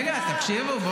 רגע, תקשיבו.